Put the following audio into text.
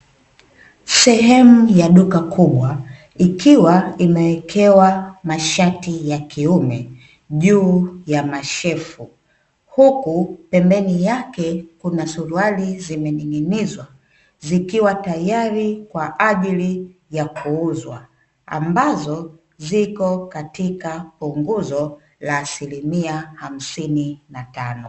Sehemu ya duka kubwa ikiwa imewekewa masharti ya kiume juu ya mashefu, huku pembeni yake kuna suruali zimeninginizwa zikiwa tayari kwa ajili ya kuuzwa, ambazo ziko katika punguzo la asilimia hamsini na tano.